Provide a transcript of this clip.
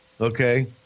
Okay